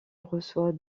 reçoit